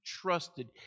trusted